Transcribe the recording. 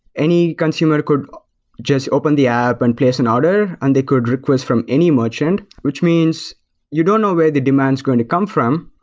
any consumer could just open the app and place an order and they could request from any merchant, which means you don't know where the demand is going to come from,